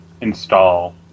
install